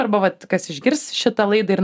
arba vat kas išgirs šitą laidą ir